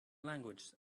languages